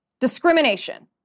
discrimination